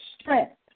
strength